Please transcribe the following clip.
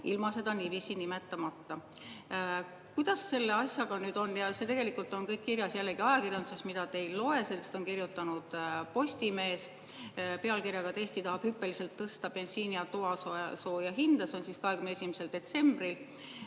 ilma seda niiviisi nimetamata. Kuidas selle asjaga nüüd on? See tegelikult on kõik kirjas jällegi ajakirjanduses, mida te ei loe. Sellest on kirjutanud Postimees pealkirjaga "Eesti tahab hüppeliselt tõsta bensiini ja toasooja hinda". See [ilmus] 21. detsembril.